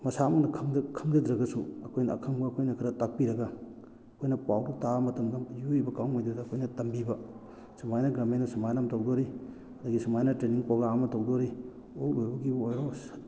ꯃꯁꯥꯃꯛꯅ ꯈꯪꯖꯗ꯭ꯔꯒꯁꯨ ꯑꯩꯈꯣꯏꯅ ꯑꯈꯪꯕ ꯑꯩꯈꯣꯏꯅ ꯈꯔ ꯇꯥꯛꯄꯤꯔꯒ ꯑꯩꯈꯣꯏꯅ ꯄꯥꯎꯗꯨ ꯇꯥꯕ ꯃꯇꯝꯗ ꯌꯣꯛꯏꯕ ꯀꯥꯡꯕꯨꯗꯨꯗ ꯑꯩꯈꯣꯏꯅ ꯇꯝꯕꯤꯕ ꯁꯨꯃꯥꯏꯅ ꯒꯔꯃꯦꯟꯅ ꯁꯨꯃꯥꯏꯅ ꯑꯃ ꯇꯧꯗꯧꯔꯤ ꯑꯗꯒꯤ ꯁꯨꯃꯥꯏꯅ ꯇ꯭ꯔꯦꯅꯤꯡ ꯄ꯭ꯔꯣꯒ꯭ꯔꯥꯝ ꯑꯃ ꯇꯧꯗꯣꯔꯤ ꯑꯣꯛ ꯂꯣꯏꯕꯒꯤꯕꯨ ꯑꯣꯏꯔꯣ ꯁꯟ